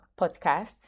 podcasts